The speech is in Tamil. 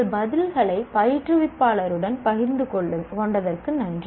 உங்கள் பதில்களை பயிற்றுவிப்பாளருடன் பகிர்ந்து கொண்டதற்கு நன்றி